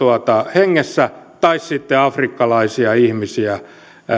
hengessä tai muuten sitten otamme vastaan afrikkalaisia ihmisiä